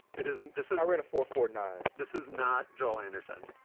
it isn't. this is a rate of four four nine. this is not joel anderson.